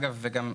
ואגב,